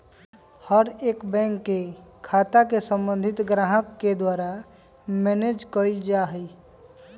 हर एक बैंक के खाता के सम्बन्धित ग्राहक के द्वारा मैनेज कइल जा हई